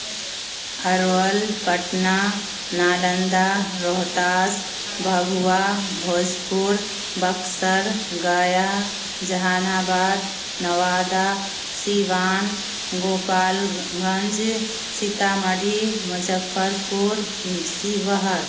Arwal Patna Nalanda Rohtas Bhabua Bhojpur Buxar Gaya Jehanabad Nawada Siwan Gopalganj Sitamarhi Muzaffarpur sewer